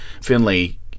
Finley